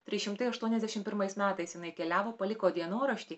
trys šimtai aštuoniasdešimt pirmais metais jinai keliavo paliko dienoraštį